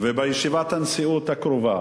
בישיבת הנשיאות הקרובה